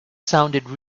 sounded